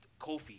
Kofi